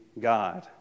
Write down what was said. God